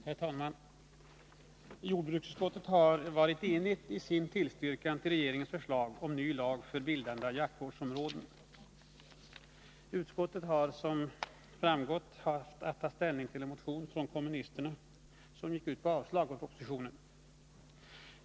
Herr talman! Jordbruksutskottet har varit enigt i sin tillstyrkan till regeringens förslag om ny lag för bildande av jaktvårdsområden. Utskottet har, som framgått, haft att ta ställning till en motion från vpk, en motion som avstyrks i propositionen.